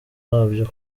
wabyo